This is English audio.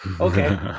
Okay